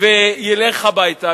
וילך הביתה.